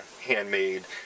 handmade